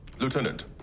Lieutenant